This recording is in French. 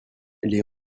les